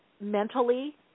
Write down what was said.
mentally